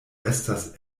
estas